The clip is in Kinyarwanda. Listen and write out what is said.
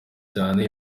cyane